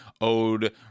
owed